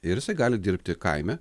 ir jisai gali dirbti kaime